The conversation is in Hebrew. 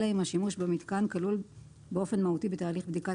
אלא אם השימוש במתקן כלול באופן מהותי בתהליך בדיקת